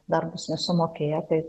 dar bus nesumokėję tai